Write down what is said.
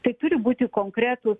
tai turi būti konkretūs